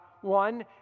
one